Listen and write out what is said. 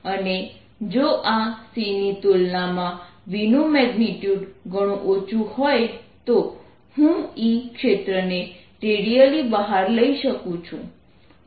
અને જો આ c ની તુલનામાં v નું મેગ્નીટ્યૂડ ઘણું ઓછું હોય તો હું E ક્ષેત્રને રેડિઅલી બહાર લઈ શકું છું